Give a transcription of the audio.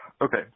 Okay